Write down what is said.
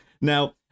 Now